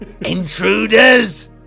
Intruders